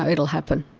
ah it'll happen.